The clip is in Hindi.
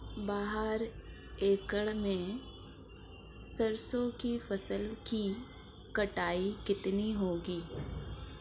बारह एकड़ में सरसों की फसल की कटाई कितनी होगी?